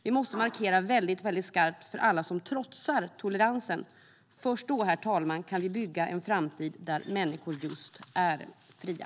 Vi måste markera väldigt skarpt mot alla som trotsar toleransen. Först då, herr talman, kan vi bygga en framtid där människor är just fria.